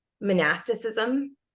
monasticism